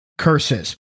Curses